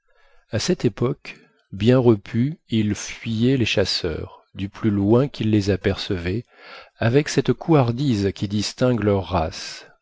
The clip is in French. à cette époque bien repus ils fuyaient les chasseurs du plus loin qu'ils les apercevaient avec cette couardise qui distingue leur race